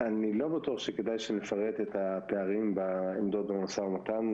אני לא בטוח שכדאי שנפרט את הפערים בעמדות במשא-ומתן.